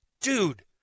Dude